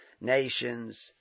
nations